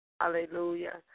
hallelujah